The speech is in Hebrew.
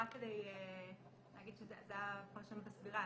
רק להגיד שזו הפרשנות הסבירה,